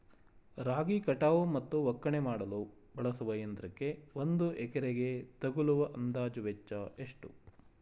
ರಾಗಿ ಕಟಾವು ಮತ್ತು ಒಕ್ಕಣೆ ಮಾಡಲು ಬಳಸುವ ಯಂತ್ರಕ್ಕೆ ಒಂದು ಎಕರೆಗೆ ತಗಲುವ ಅಂದಾಜು ವೆಚ್ಚ ಎಷ್ಟು?